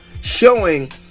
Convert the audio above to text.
showing